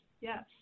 Yes